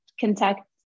contact